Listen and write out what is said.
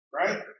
right